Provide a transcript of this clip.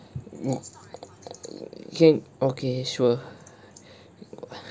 him okay sure